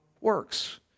works